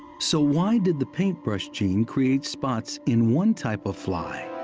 so why did the paintbrush gene create spots in one type of fly